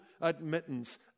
admittance